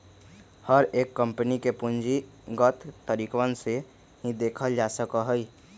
हर एक कम्पनी के पूंजीगत तरीकवन से ही देखल जा सका हई